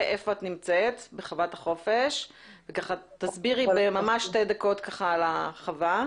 איפה את נמצאת בחוות החופש ותסבירי בממש שתי דקות על החווה.